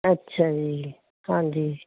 ਅੱਛਾ ਜੀ ਹਾਂਜੀ